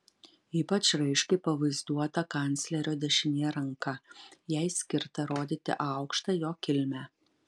ypač raiškiai pavaizduota kanclerio dešinė ranka jai skirta rodyti aukštą jo kilmę